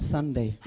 Sunday